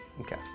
Okay